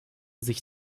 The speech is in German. sich